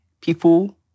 people